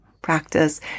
practice